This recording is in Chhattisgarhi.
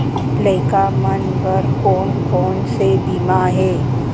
लइका मन बर कोन कोन से बीमा हे?